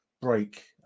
break